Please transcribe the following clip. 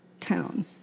town